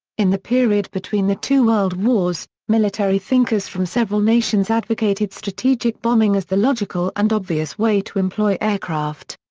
in the period between the two world wars, military thinkers from several nations advocated strategic bombing as the logical and obvious way to employ aircraft.